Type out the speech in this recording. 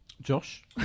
Josh